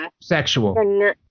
sexual